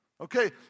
okay